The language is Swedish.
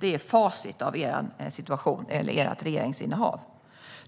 Det är facit av ert regeringsinnehav.